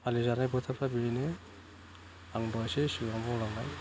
फालिजानाय बोथोरफोरा बेनो आं दहायसो सिगांआव बुंंलांनाय